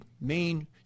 main